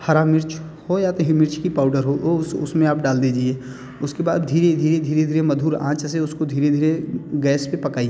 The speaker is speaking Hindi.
हरा मिर्च हो या मिर्च की पाउडर हो वो उसमें आप डाल दीजिए उसके बाद धीरे धीरे धीरे धीरे मधुर आँच से उसको धीरे धीरे गैस पर पकाइए